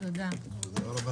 תודה רבה,